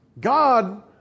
God